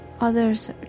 Others